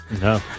No